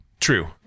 True